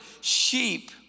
sheep